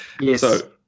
Yes